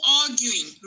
arguing